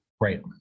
right